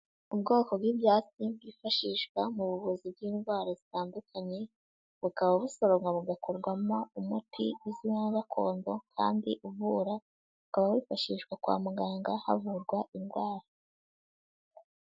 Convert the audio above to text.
Ubwoko bw'ibyatsi bwifashishwa mu buvuzi bw'indwara zitandukanye, bukaba busoromwa bugakorwamo umuti uzwi nk'uwa gakondo kandi uvura, ukaba wifashishwa kwa muganga havurwa indwara.